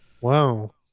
wow